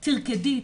תרקדי,